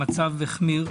המצב החמיר.